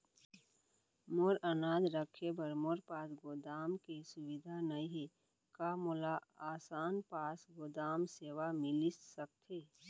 मोर अनाज रखे बर मोर पास गोदाम के सुविधा नई हे का मोला आसान पास गोदाम सेवा मिलिस सकथे?